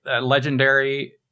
Legendary